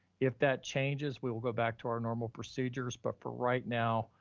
if that changes, we will go back to our normal procedures. but for right now,